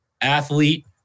athlete